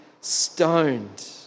stoned